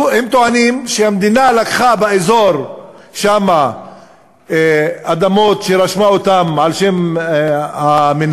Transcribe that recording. הם טוענים שהמדינה לקחה באזור שם אדמות שרשמה אותן על שם המינהל,